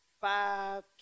five